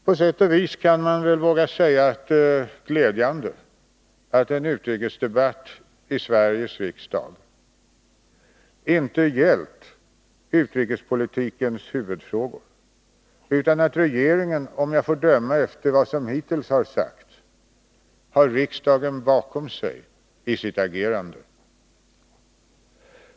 På sätt och vis kan man våga säga att det är glädjande att en utrikesdebatt i Sveriges riksdag inte har gällt utrikespolitikens huvudfrågor utan att regeringen — om jag får döma av vad som hittills har sagts — har riksdagen bakom sig i sitt agerande.